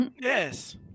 Yes